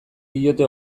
diote